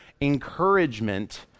encouragement